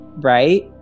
right